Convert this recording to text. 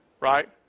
right